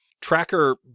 Tracker